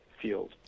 field